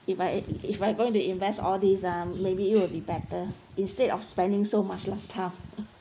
if I if I going to invest all these uh maybe it will be better instead of spending so much last time